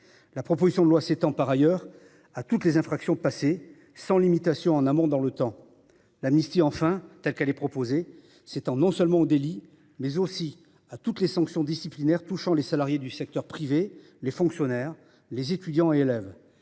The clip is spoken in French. La proposition de loi s’étend par ailleurs à toutes les infractions passées, sans limitation en amont dans le temps. Enfin, l’amnistie, telle qu’elle est proposée, concerne non seulement les délits, mais aussi toutes les sanctions disciplinaires touchant les salariés du secteur privé, les fonctionnaires, les étudiants et les